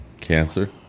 Cancer